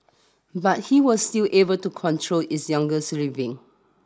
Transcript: but he was still able to control his younger